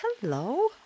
hello